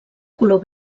color